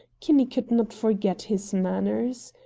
kinney could not forget his manners.